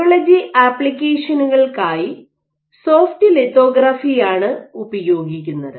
biology ആപ്ലിക്കേഷനുകൾക്കായി soft lithography ആണ് ഉപയോഗിക്കുന്നത്